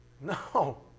no